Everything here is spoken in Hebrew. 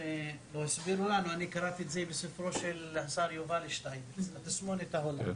אני קראתי בספרו של השר יובל שטייניץ על "תסמונת ההומואים".